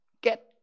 get